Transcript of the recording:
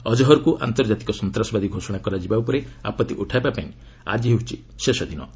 ଅଜ୍ହର୍କୁ ଆନ୍ତର୍ଜାତିକ ସନ୍ତାସବାଦୀ ଘୋଷଣା କରାଯିବା ଉପରେ ଆପତ୍ତି ଉଠାଇବାପାଇଁ ଆକି ହେଉଛି ଶେଷ ତାରିଖ